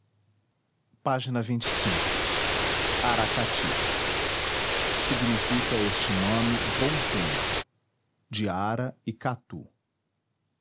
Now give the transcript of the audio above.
era a racati ignifica este nome bom tempo de ara e catu